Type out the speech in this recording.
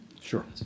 Sure